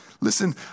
Listen